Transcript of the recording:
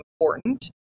important